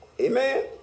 Amen